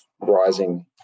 rising